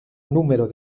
número